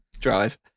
Drive